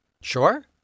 Sure